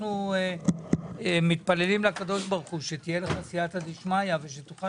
אנחנו מתפללים לקדוש ברוך הוא שתהיה לך סיעתא דשמיא ותוכל